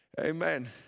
Amen